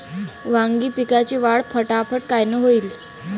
वांगी पिकाची वाढ फटाफट कायनं होईल?